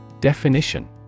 Definition